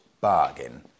bargain